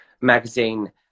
magazine